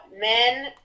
men